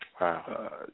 Wow